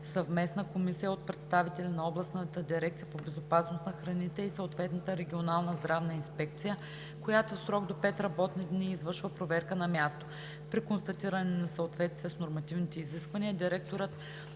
съвместна комисия от представители на областната дирекция по безопасност на храните и съответната регионална здравна инспекция, която в срок до 5 работни дни извършва проверка на място. При констатиране на несъответствие с нормативните изисквания директорът